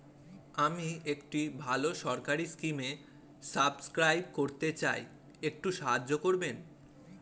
আমি একটি ভালো সরকারি স্কিমে সাব্সক্রাইব করতে চাই, একটু সাহায্য করবেন?